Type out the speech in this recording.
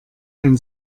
ein